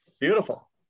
beautiful